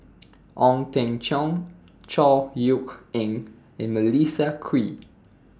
Ong Teng Cheong Chor Yeok Eng and Melissa Kwee